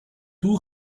two